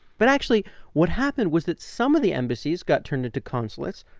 but actually what happened was that some of the embassies got turned into consulates,